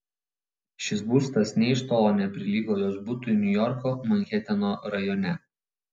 šis būstas nė iš tolo neprilygo jos butui niujorko manheteno rajone